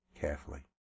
carefully